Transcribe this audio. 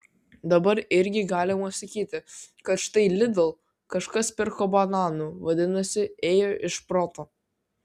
dabar irgi galima sakyti kad štai lidl kažkas pirko bananų vadinasi ėjo iš proto